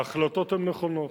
ההחלטות הן נכונות,